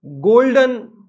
golden